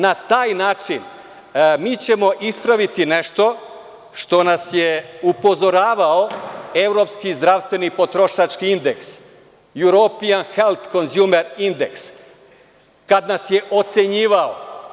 Na taj način mi ćemo ispraviti nešto što nas je upozoravao Evropski zdravstveni potrošački indeks European Health Consumer Index, kad nas je ocenjivao.